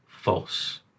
false